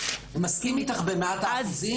אני מסכים איתך במאת האחוזים,